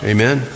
Amen